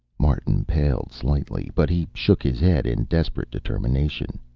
martin paled slightly, but he shook his head in desperate determination.